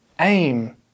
aim